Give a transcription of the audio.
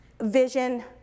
vision